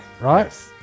Right